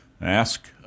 ask